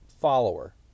follower